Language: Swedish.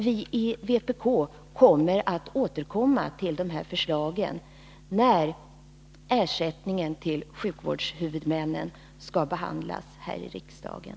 Vi i vpk avser att återkomma till de här förslagen när ersättningen till sjukvårdshuvudmännen skall behandlas här i riksdagen.